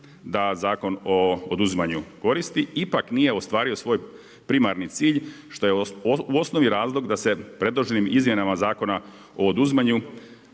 da Zakon o oduzimanju koristi ipak nije ostvario svoj primarni cilj što je u osnovi razlog da se predloženim izmjenama Zakona o oduzimanju,